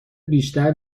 بیشتر